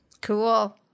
Cool